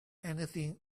anything